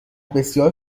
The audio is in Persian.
بسیار